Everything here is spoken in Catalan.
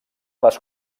les